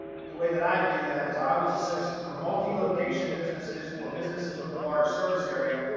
but the way that i do that is i always associate for multi location businesses or businesses with a large surface area.